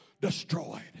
destroyed